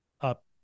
up